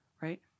right